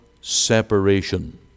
separation